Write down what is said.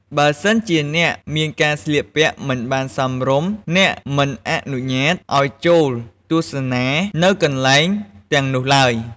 បើសិនជាអ្នកមានការស្លៀកពាក់មិនបានសមរម្យ អ្នកនិងមិនអនុញ្ញាតឲ្យចូលទស្សនា នៅកន្លែងទាំងនោះឡើយ។